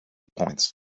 points